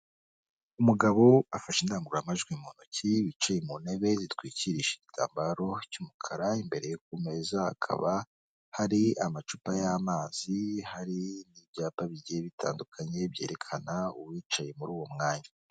Umugabo afashe indangururamajwi mu ntoki wicaye mu ntebe zitwikirisha igitambaro cy'umukara imbere ku meza hakaba hari amacupa y'amazi hari n'ibyapa bigiye bitandukanye byerekana uwicaye muri uwo mwanya.